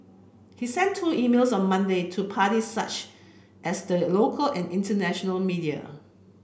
he sent two emails on Monday to parties such as the local and international media